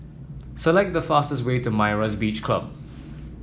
select the fastest way to Myra's Beach Club